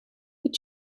het